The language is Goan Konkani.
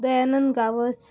दयानंद गांवस